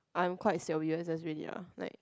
I'm quite sian of U_S_S already ah like